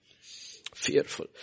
Fearful